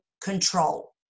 control